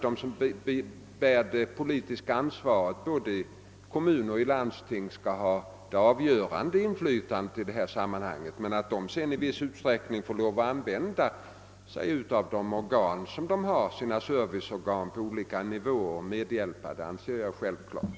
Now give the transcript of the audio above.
De som bär det politiska ansvaret både i primärkommuner och landsting skall ha det avgörande inflytandet i detta sammanhang. Jag anser det emellertid självklart att de sedan i viss utsträckning måste använda de medhjälpare och serviceorgan på olika nivåer som står till deras förfogande.